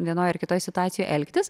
vienoj ar kitoj situacijoj elgtis